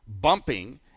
bumping